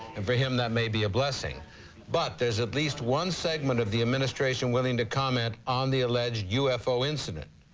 and for him, that may be a blessing but there's at least one segment of the administration willing to comment on the alleged u f o. incident.